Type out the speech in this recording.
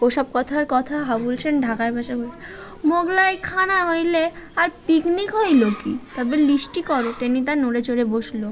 ওসব কথার কথা হাবুল সেন ঢাকার ভাষায় মোগলাই খানা হইলে আর পিকনিক হইল কী তারপর লিস্টি করো টেনিদা নড়ে চড়ে বসল